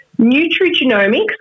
nutrigenomics